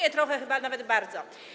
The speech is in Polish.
Nie trochę, chyba nawet bardzo.